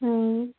ம்